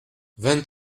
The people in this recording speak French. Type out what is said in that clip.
vingt